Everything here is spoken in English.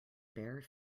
bare